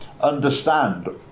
understand